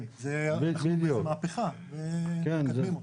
כן, אנחנו במהפכה ומקדמים אותה.